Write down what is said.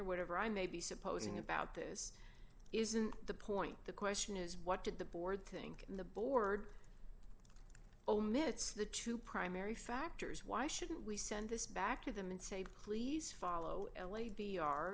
whatever i may be supposing about this isn't the point the question is what did the board think the board omits the two primary factors why shouldn't we send this back to them and say please follow l